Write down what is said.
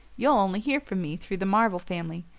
you'll only hear from me through the marvell family.